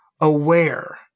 aware